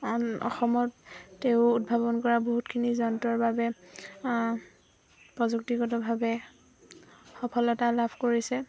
অসমত তেওঁ উদ্ভাৱন কৰা বহুতখিনি যন্ত্ৰৰ বাবে প্ৰযুক্তিগতভাৱে সফলতা লাভ কৰিছে